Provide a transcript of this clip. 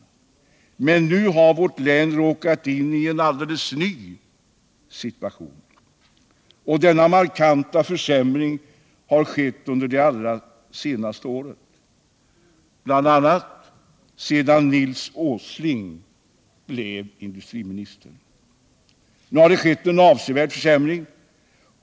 Men nu har vårt län råkat in i en alldeles ny situation, och denna markanta försämring har skett under det allra senaste året — bl.a. sedan Nils Åsling blev industriminister. Nu har det skett en avsevärd försämring.